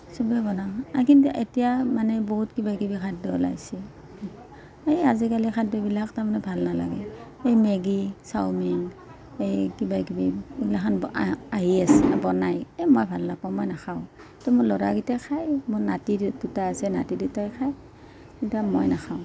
কিছুমান বনাওঁ কিন্তু এতিয়া মানে বহুত কিবা কিবি খাদ্য ওলাইছে এই আজিকালি খাদ্যবিলাক তাৰ মানে ভাল নালাগে এই মেগী চাওমিন এই কিবা কিবি এইগিলাখান আহি আহি আছে বনাই এই মই ভাল নাপাওঁ মই নাখাওঁ তো মোৰ ল'ৰাকিটাই খাই মোৰ নাতি দুটা আছে নাতি দুটাই খাই কিন্তু মই নাখাওঁ